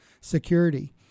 Security